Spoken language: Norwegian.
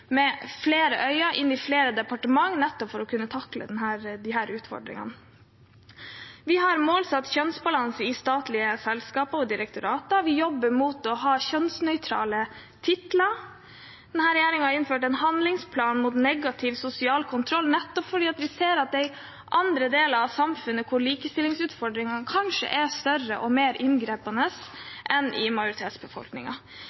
med flere øyne inn i flere departementer, nettopp for å kunne takle disse utfordringene. Vi har målsatt kjønnsbalanse i statlige selskaper og direktorater, vi jobber for å ha kjønnsnøytrale titler. Denne regjeringen har innført en handlingsplan mot negativ sosial kontroll nettopp fordi vi ser det i andre deler av samfunnet, hvor likestillingsutfordringene kanskje er større og mer